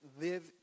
live